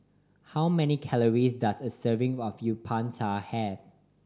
how many calories does a serving of Uthapam have